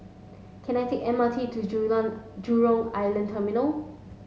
can I take M R T to Jurong Island Terminal